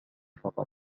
فقط